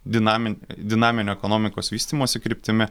dinamin dinaminio ekonomikos vystymosi kryptimi